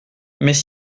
mais